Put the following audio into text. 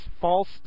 false